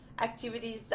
activities